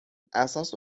اساس